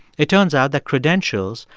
it turns out that credentials,